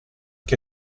che